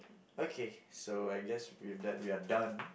okay so I guess with that we are done